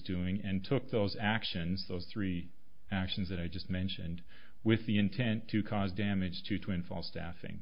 doing and took those actions of three actions that i just mentioned with the intent to cause damage to twin falls staffing